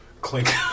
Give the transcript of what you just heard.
Clink